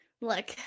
Look